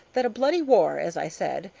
that a bloody war, as i said,